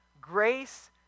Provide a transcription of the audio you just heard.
grace